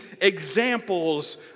examples